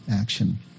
action